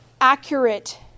accurate